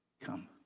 come